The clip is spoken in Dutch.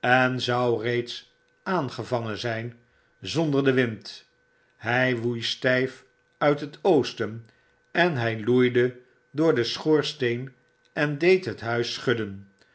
en zou reeds aangevangen zyn zonder den wind hi woei stijf uit het oosten en hy loeide door den schoorsteen en deed het huis schudden